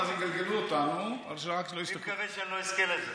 יגלגלו אותנו, אני מקווה שאני לא אזכה לזה.